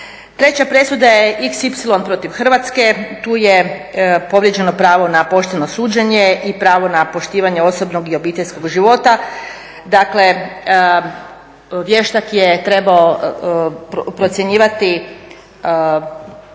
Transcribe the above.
Treća presuda je xy protiv Hrvatske, tu je povrijeđeno pravo na pošteno suđenje i pravo na poštivanje osobnog i obiteljskog života. Dakle vještak je trebao procjenjivati